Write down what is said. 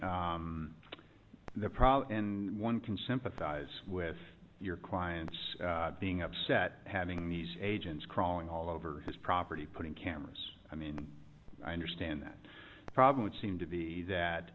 problem and one can sympathize with your clients being upset having these agents crawling all over his property putting cameras i mean i understand that the problem would seem to be that